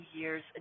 Year's